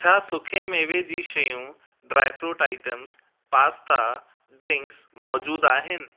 छा सुखे मेवे जी शयूं dry fruit items pasta drinks मौजूदु आहिनि